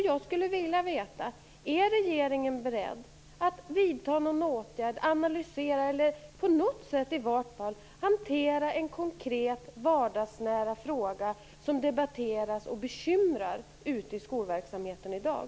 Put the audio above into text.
Jag skulle vilja veta: Är regeringen beredd att vidta någon åtgärd, analysera eller i vart fall på något sätt hantera en konkret vardagsnära fråga som debatteras och bekymrar ute i skolverksamheten i dag?